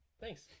Thanks